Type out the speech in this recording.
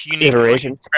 Iteration